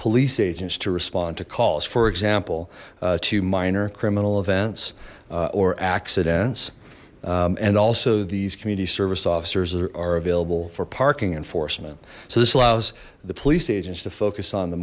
police agents to respond to calls for example to minor criminal events or accidents and also these community service officers are available for parking enforcement so this allows the police agents to focus on the